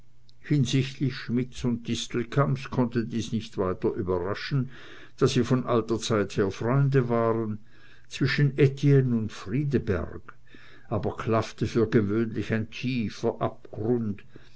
hinsichtlich schmidts und distelkamps konnte dies nicht weiter überraschen da sie von alter zeit her freunde waren zwischen etienne und friedeberg aber klaffte für gewöhnlich ein tiefer abgrund